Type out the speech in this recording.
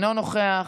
אינו נוכח,